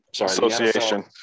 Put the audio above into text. Association –